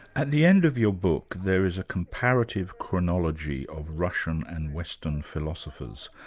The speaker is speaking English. at the end of your book there is a comparative chronology of russian and western philosophers,